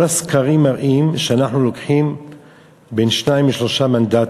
כל הסקרים מראים שאנחנו לוקחים בין שניים לשלושה מנדטים.